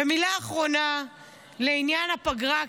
מילה אחרונה לעניין הפגרה,